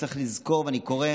צריך לזכור, ואני קורא